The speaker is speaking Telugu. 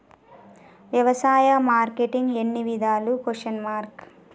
వ్యవసాయ మార్కెటింగ్ ఎన్ని విధాలు?